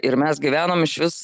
ir mes gyvenom išvis